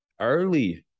early